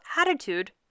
attitude